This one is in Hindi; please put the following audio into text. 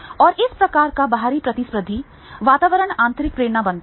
और इस प्रकार का बाहरी प्रतिस्पर्धी वातावरण आंतरिक प्रेरणा बनाता है